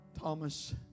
Thomas